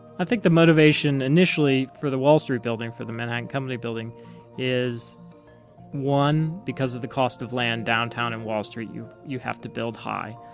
i think the motivation initially for the wall street building, for the manhattan company building is one because of the cost of land downtown in wall street, you you have to build high.